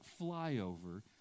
flyover